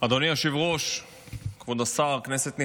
אדוני היושב-ראש, כבוד השר, כנסת נכבדה,